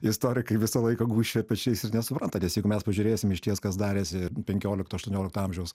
istorikai visą laiką gūžčioja pečiais ir nesupranta nes jeigu mes pažiūrėsim išties kas darėsi penkiolikto aštuoniolikto amžiaus